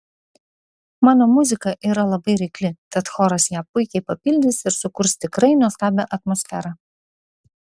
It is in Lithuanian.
mano muzika yra labai reikli tad choras ją puikiai papildys ir sukurs tikrai nuostabią atmosferą